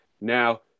now